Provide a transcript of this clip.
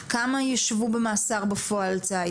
כמה ישבו במאסר בפועל על ציד?